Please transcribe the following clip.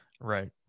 Right